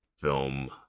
film